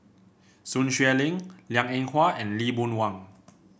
Sun Xueling Liang Eng Hwa and Lee Boon Wang